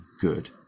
good